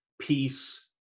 peace